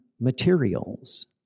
materials